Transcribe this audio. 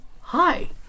Hi